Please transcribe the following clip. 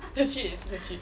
legit is legit